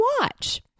watch